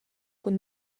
cun